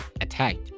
attacked